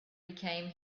became